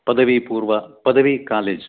पदवीपूर्व पदवी काालेज्